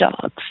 dogs